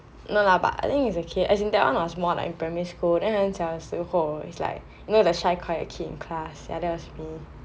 no lah but I think it's okay as in that one I was more in primary school and then 很小的时候 is like that shy quiet kid in class ya that was me